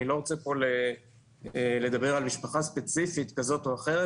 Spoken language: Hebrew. אני לא רוצה פה לדבר על משפחה ספציפית כזו או אחרת,